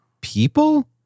people